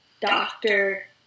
doctor